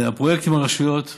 הפרויקט עם הרשויות המקומיות,